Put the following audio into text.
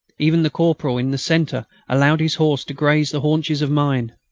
even the corporal in the centre allowed his horse to graze the haunches of mine,